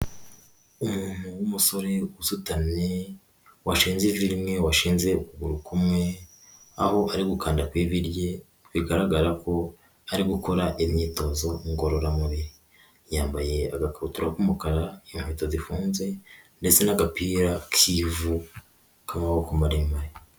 Umuntu w'umusore usutamye washinze ivi rimwe, washinze ukuguru kumwe, aho ari gukanda ku ivi rye bigaragara ko ari gukora imyitozo ngororamubiri, yambaye agakabutura k'umukara, inkweto zifunze ndetse n'agapira k'ivu k'amaboko maremare.